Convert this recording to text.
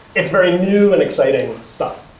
it's very new and exciting stuff.